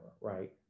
right